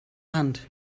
hand